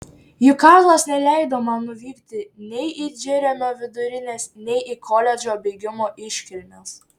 juk karlas neleido man nuvykti nei į džeremio vidurinės nei į koledžo baigimo iškilmes